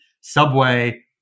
subway